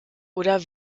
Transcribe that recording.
oder